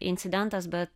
incidentas bet